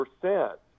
percent